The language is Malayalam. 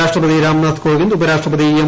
രാഷ്ട്രപതിരാംനാഥ്കോവിന്ദ് ഉപരാഷ്ട്രപതി എം